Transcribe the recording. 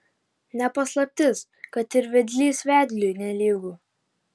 ne paslaptis kad ir vedlys vedliui nelygu